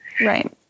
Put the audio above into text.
Right